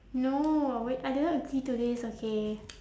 no wait I didn't agree to this okay